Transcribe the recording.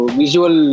visual